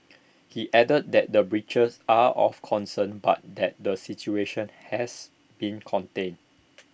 he added that the breaches are of concern but that the situation has been contained